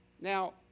now